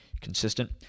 consistent